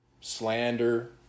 slander